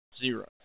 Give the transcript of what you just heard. zero